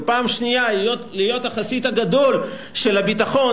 ופעם שנייה להיות החסיד הגדול של הביטחון,